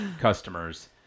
customers